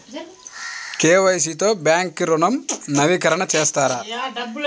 KYC తో bank ఋణం నవీకరణ చేస్తారా?